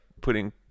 putting